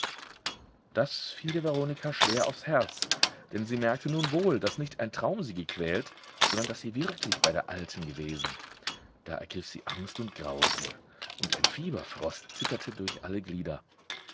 das fiel der veronika schwer aufs herz denn sie merkte nun wohl daß nicht ein traum sie gequält sondern daß sie wirklich bei der alten gewesen da ergriff sie angst und grausen und ein fieberfrost zitterte durch alle glieder